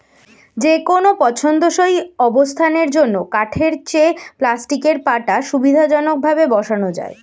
যেকোনো পছন্দসই অবস্থানের জন্য কাঠের চেয়ে প্লাস্টিকের পাটা সুবিধাজনকভাবে বসানো যায়